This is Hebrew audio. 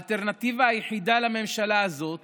האלטרנטיבה היחידה לממשלה הזאת